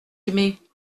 aimer